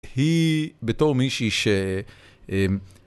היא בתור מישהי ש...